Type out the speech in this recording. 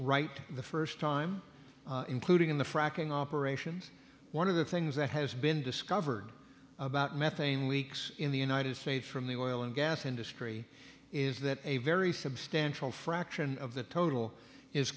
right the first time including in the fracking operations one of the things that has been discovered about methane leaks in the united states from the oil and gas industry is that a very substantial fraction of the total is